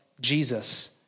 Jesus